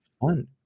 fun